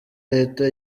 leta